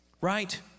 right